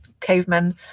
cavemen